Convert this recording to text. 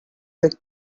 they